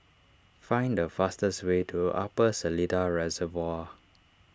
find the fastest way to Upper Seletar Reservoir